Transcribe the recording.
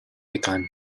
pecan